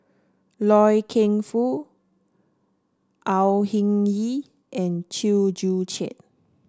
Loy Keng Foo Au Hing Yee and Chew Joo Chiat